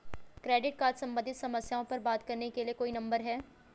Credit card सम्बंधित समस्याओं पर बात करने के लिए कोई नंबर है?